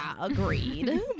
agreed